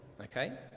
okay